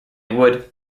would